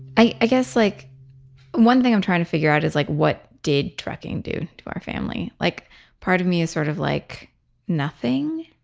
i ah guess like one thing i'm trying to figure out is like what did trucking do to our family. like part of me is sort of like nothing?